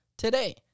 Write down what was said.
today